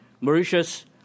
Mauritius